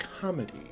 comedy